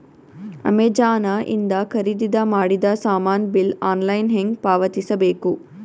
Amazon ಇಂದ ಖರೀದಿದ ಮಾಡಿದ ಸಾಮಾನ ಬಿಲ್ ಆನ್ಲೈನ್ ಹೆಂಗ್ ಪಾವತಿಸ ಬೇಕು?